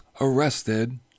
arrested